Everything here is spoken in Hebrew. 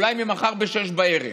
אולי ממחר ב-18:00,